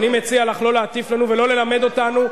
אני מציע לך לא להטיף לנו ולא ללמד אותנו,